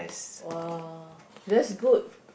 !wah! that's good